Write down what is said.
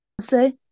say